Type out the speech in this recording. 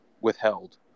withheld